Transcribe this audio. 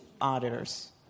auditors